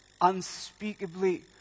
unspeakably